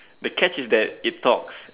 the catch is that it talks